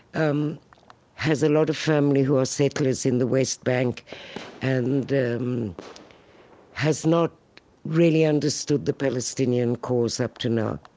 um has a lot of family who are settlers in the west bank and has not really understood the palestinian cause up to now.